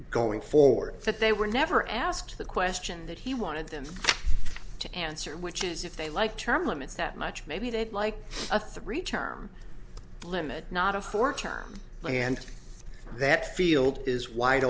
going forward that they were never asked the question that he wanted them to answer which is if they like term limits that much maybe they'd like a three term limit not a four charm and that field is wide